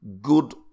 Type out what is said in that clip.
good